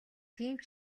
тийм